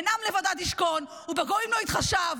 הן עם לבדד ישכן ובגויים לא יתחשב.